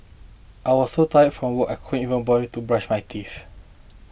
I was so tired from work I could even bother to brush my teeth